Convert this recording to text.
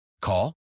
Call